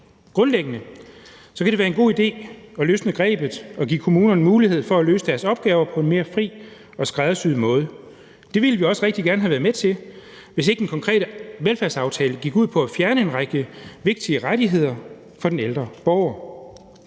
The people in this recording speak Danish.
Grundlæggende vil det være en god idé at løsne grebet og give kommunerne mulighed for at løse deres opgaver på en mere fri og skræddersyet måde. Det ville vi også rigtig gerne have været med til, hvis ikke den konkrete velfærdsaftale gik ud på at fjerne en række vigtige rettigheder for den ældre borger.